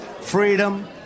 freedom